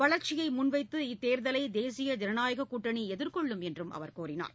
வளர்ச்சியை முன்வைத்து இத்தேர்தலை தேசிய ஜனநாயக கூட்டணி எதிர்கொள்ளும் என்றும் அவர் கூறினார்